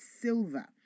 silver